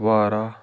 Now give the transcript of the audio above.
Kupwara